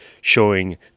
showing